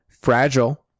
Fragile